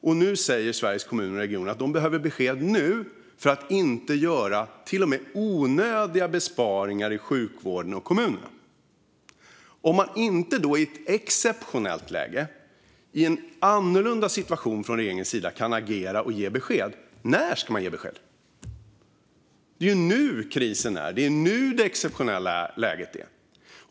Och nu säger Sveriges kommuner och regioner att de behöver besked nu för att inte göra till och med onödiga besparingar i sjukvården och i kommunerna. Om man i ett exceptionellt läge och i en annorlunda situation inte kan agera från regeringens sida och ge besked, när ska man då ge besked? Det är ju nu krisen är. Det är nu som det exceptionella läget är.